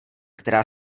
která